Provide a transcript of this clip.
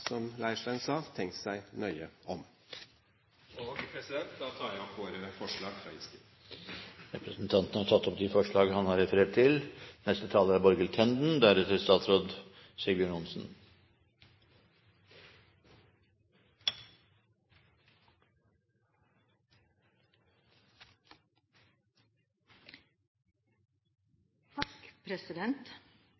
som Leirstein sa – tenkt seg nøye om. Jeg tar opp våre forslag i innstillingen. Representanten Hans Olav Syversen har tatt opp de forslag han refererte til.